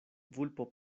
vulpo